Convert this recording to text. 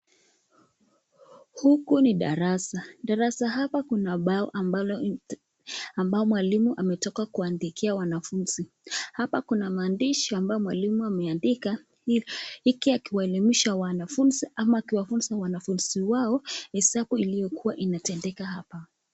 Huku ni darasa, darasa hapa kuna ubao ambao mwalimu ametoka kuandikia wanafunzi, hapa kuna maandishi ambayo mwalimu ameandika huku akiwaelimisha wanafunzi ama akiwafunza wanafunzi wao hesabu iliyokuwa inatendeka hapa.